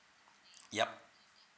yup